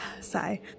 Sigh